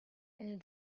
and